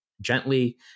gently